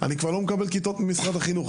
אני כבר לא מקבל כיתות ממשרד החינוך.